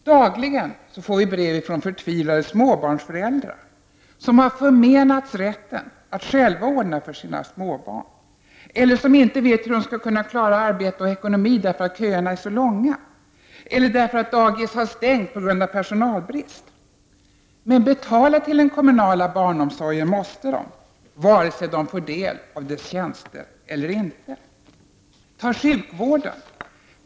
Dagligen får vi brev från förtvivlade småbarnsföräldrar som har förmenats rätten att själva ordna för sina småbarn eller inte vet hur de skall klara arbete och ekonomi, därför att köerna är så långa eller därför att dagis har stängt på grund av personalbrist. Men betala till den kommunala barnomsorgen måste de, vare sig de får del av dess tjänster eller inte. Tag sjukvården.